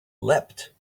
leapt